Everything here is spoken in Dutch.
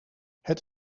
het